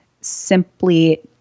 simply